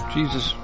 Jesus